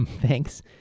Thanks